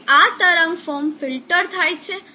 તેથી આ તરંગ ફોર્મ ફિલ્ટર થાય છે